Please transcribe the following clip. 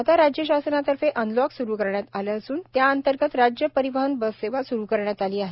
आता राज्य शासनातर्फे अनलॉक स्रू करण्यात आले असून त्या अंतर्गत राज्य परिवहन बस सेवा स्रू करण्यात आली आहे